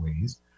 ways